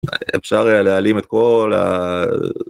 אפשר להעלים את כל ה...